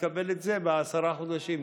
תקבל את זה בעשרה חודשים.